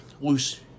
loose